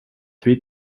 three